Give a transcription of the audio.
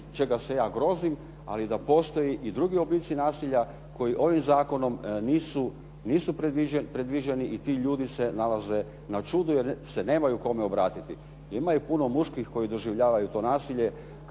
čega se ja grozim, ali da postoje i drugi oblici nasilja koji ovim zakonom nisu predviđani i ti ljudi se nalaze na čudu, jer se nemaju kome obratiti. Ima i puno muških koji doživljavaju to nasilje,